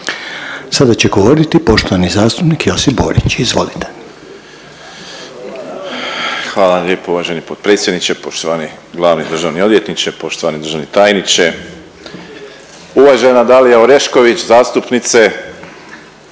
Sada će govoriti poštovani zastupnik Josip Borić, izvolite. **Borić, Josip (HDZ)** Hvala vam lijepo uvaženi potpredsjedniče, poštovani glavni državni odvjetniče, poštovani državni tajniče, uvažena Dalija Orešković, zastupnice,